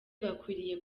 bakwiriye